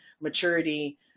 maturity